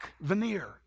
veneer